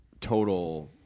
total